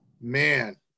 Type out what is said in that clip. Man